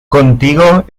contigo